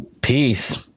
Peace